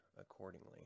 accordingly